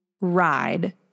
ride